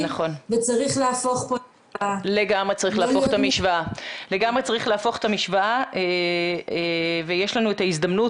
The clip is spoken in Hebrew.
וצריך להפוך פה --- לגמרי צריך להפוך את המשוואה ויש לנו את ההזדמנות